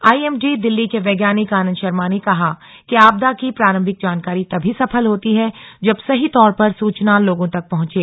IMD Delhi के वैज्ञानिक आनंद शर्मा ने कहा कि आपदा की प्रारंभिक जानकारी तभी सफल होती है जब सही तौर पर सूचना लोगों तक पहुंचे